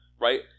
right